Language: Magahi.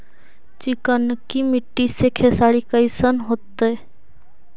चिकनकी मट्टी मे खेसारी कैसन होतै?